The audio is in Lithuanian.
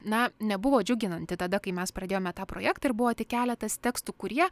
na nebuvo džiuginanti tada kai mes pradėjome tą projektą ir buvo tik keletas tekstų kurie